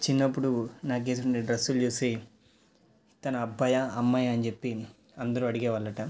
చిన్నప్పుడు నాకు వేసినటువంటి డ్రెస్సులు చూసి తన అబ్బాయా అమ్మాయా అని చెప్పి అందరూ అడిగేవాళ్ళు అట